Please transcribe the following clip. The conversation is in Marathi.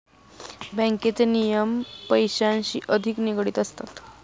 बँकेचे नियम पैशांशी अधिक निगडित असतात